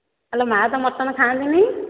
ଆଲୋ ମା ତ ମଟନ ଖାଆନ୍ତିନି